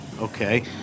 Okay